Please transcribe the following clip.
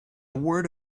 word